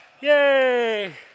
Yay